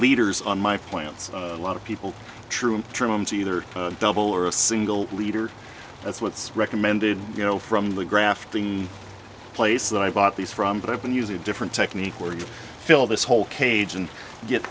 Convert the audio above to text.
leaders on my plants a lot of people true in terms either double or us single leader that's what's recommended you know from the grafting place that i bought these from but i've been using a different technique where you fill this hole cage and get